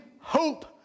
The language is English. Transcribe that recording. hope